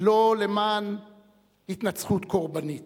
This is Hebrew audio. ולא למען התנצחות קורבנית,